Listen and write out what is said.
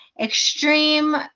extreme